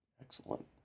Excellent